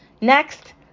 Next